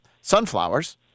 sunflowers